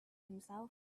himself